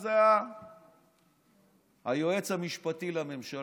שאז היה היועץ המשפטי לממשלה.